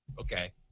Okay